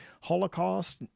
Holocaust